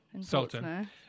Sultan